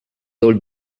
old